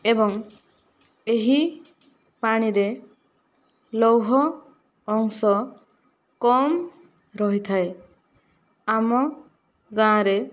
ଏବଂ ଏହି ପାଣିରେ ଲୌହ ଅଂଶ କମ ରହିଥାଏ ଆମ ଗାଁରେ